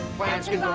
plants can